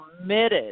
committed